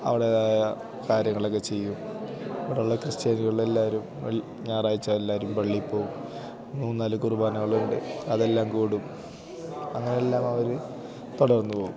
അവരുടേതായ കാര്യങ്ങളൊക്കെ ചെയ്യും അവിടെയുള്ള ക്രിസ്ത്യാനികളെല്ലാവരും ഞായറാഴ്ച്ച എല്ലാവരും പള്ളിയിൽപ്പോകും മൂന്നാല് കുർബാനകളുണ്ട് അതെല്ലാം കൂടും അങ്ങനെയെല്ലാം അവർ തുടർന്നു പോകും